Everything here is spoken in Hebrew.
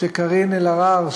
שקארין אלהרר,